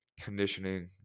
conditioning